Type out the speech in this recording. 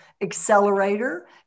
accelerator